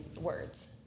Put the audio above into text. words